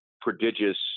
prodigious